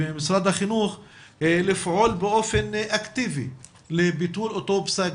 ממשרד החינוך לפעול באופן אקטיבי לביטול אותו פסק